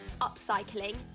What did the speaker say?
upcycling